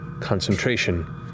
concentration